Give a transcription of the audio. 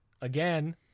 Again